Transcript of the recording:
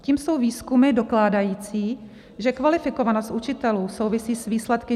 Tím jsou výzkumy dokládající, že kvalifikovanost učitelů souvisí s výsledky žáků.